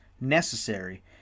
necessary